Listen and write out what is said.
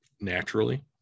naturally